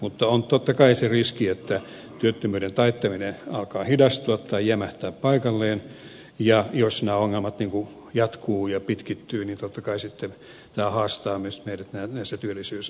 mutta on totta kai se riski että työttömyyden taittuminen alkaa hidastua tai jämähtää paikalleen ja jos nämä ongelmat jatkuvat ja pitkittyvät niin totta kai sitten tämä haastaa meidät myös näissä työllisyysasioissa